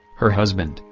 her husband,